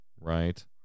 right